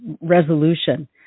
resolution